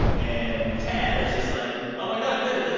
and tadhg is just like, oh, my god, derry, derry,